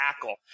tackle